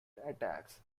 attacks